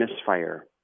misfire